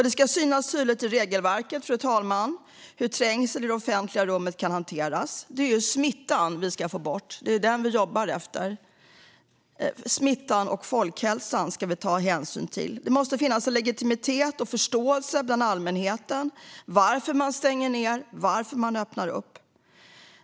Det ska synas tydligt i regelverket, fru talman, hur trängsel i det offentliga rummet kan hanteras. Det är smittan vi ska få bort - det är det vi jobbar efter. Smittan och folkhälsan ska vi ta hänsyn till. Det måste finnas en legitimitet och förståelse hos allmänheten när det gäller varför man stänger ned och varför man öppnar upp.